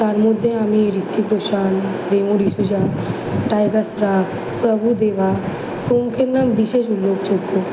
তার মধ্যে আমি ঋত্বিক রোশান রেমো ডিসুজা টাইগার স্রফ প্রভু দেভা প্রমুখের নাম বিশেষ উল্লেখযোগ্য